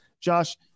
Josh